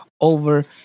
over